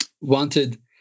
wanted